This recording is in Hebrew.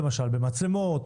למשל במצלמות,